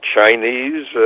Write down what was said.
Chinese